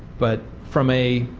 but from a